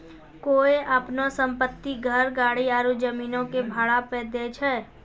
कोय अपनो सम्पति, घर, गाड़ी आरु जमीनो के भाड़ा पे दै छै?